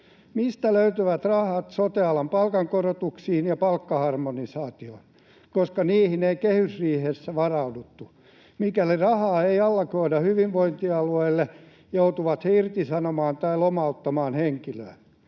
mistä löytyvät rahat sote-alan palkankorotuksiin ja palkkaharmonisaatioon, koska niihin ei kehysriihessä varauduttu? Mikäli rahaa ei allokoida hyvinvointialueille, joutuvat he irtisanomaan tai lomauttamaan henkilökuntaa.